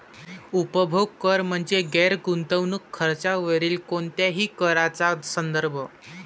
उपभोग कर म्हणजे गैर गुंतवणूक खर्चावरील कोणत्याही कराचा संदर्भ